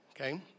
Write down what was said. okay